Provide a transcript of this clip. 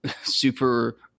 super